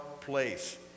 place